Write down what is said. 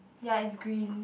ya is green